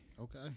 okay